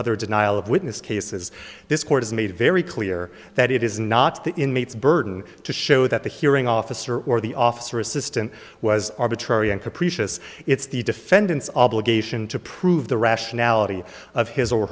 other denial of witness cases this court has made it very clear that it is not the inmates burden to show that the hearing officer or the officer assistant was arbitrary and capricious it's the defendant's obligation to prove the rationality of his or